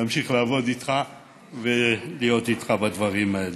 להמשיך לעבוד איתך ולהיות איתך בדברים האלה.